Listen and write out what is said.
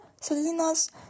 Selena's